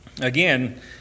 again